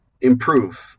improve